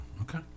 okay